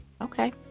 okay